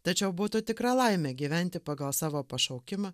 tačiau būtų tikra laimė gyventi pagal savo pašaukimą